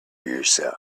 yourself